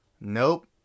nope